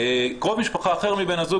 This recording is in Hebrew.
קרוב משפחה אחר מבן הזוג,